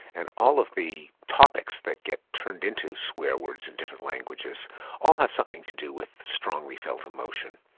and all of the topics that get turned into swear words in different languages all have something to do with strongly felt emotion.